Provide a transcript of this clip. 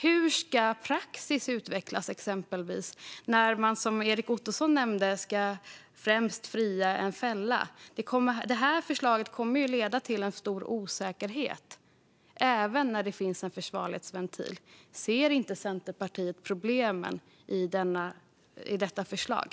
Hur ska praxis utvecklas, exempelvis, när man som Erik Ottoson nämnde ska fria hellre än fälla? Förslaget kommer ju att leda till stor osäkerhet även när det finns en försvarlighetsventil. Ser inte Centerpartiet problemen i detta förslag?